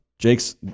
Jake's